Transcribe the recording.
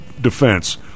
defense